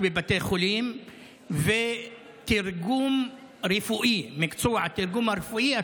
בבתי חולים והצורך במקצוע תרגום רפואי,